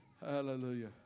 Hallelujah